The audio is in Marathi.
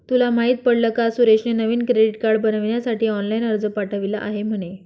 तुला माहित पडल का सुरेशने नवीन क्रेडीट कार्ड बनविण्यासाठी ऑनलाइन अर्ज पाठविला आहे म्हणे